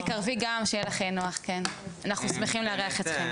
אנחנו שמחים לארח אתכם.